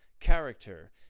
character